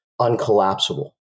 uncollapsible